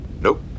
Nope